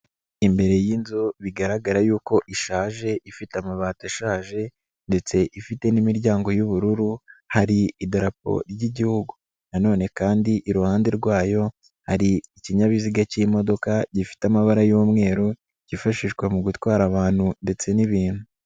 Imbere y'inzu bigaragara yuko ishaje ifite amabati ashaje ndetse ifite n'imiryango y'ubururu hari idarapo ry'Igihugu nanone kandi iruhande rwayo hari ikinyabiziga k'imodoka gifite amabara y'umweru kifashishwa mu gutwara abantu ndetse n'ibintu.